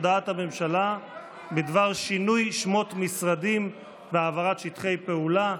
הודעת הממשלה בדבר שינוי שמות משרדים והעברת שטחי פעולה.